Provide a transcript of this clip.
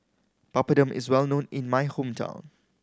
papadum is well known in my hometown